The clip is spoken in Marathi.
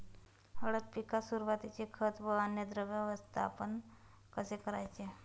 हळद पिकात सुरुवातीचे खत व अन्नद्रव्य व्यवस्थापन कसे करायचे?